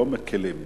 לא מקלים.